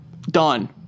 done